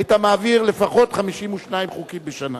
היית מעביר לפחות 52 חוקים בשנה,